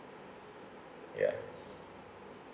ya